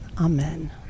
amen